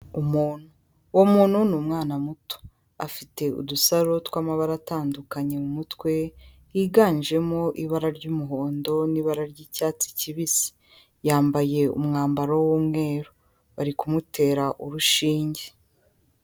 Umuntu, uwo muntu ni umwana muto, afite udusaro tw'amabara atandukanye mu mutwe yiganjemo ibara ry'umuhondo n'ibara ry'icyatsi kibisi, yambaye umwambaro w'umweru, bari kumutera urushinge.